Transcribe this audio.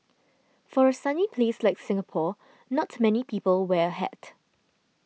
for a sunny place like Singapore not many people wear a hat